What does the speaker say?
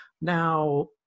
Now